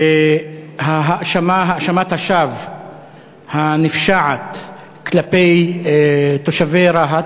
והאשמת השווא הנפשעת כלפי תושבי רהט,